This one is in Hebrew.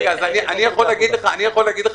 רגע, אני רוצה להגיד לך